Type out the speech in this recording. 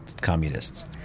communists